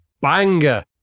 banger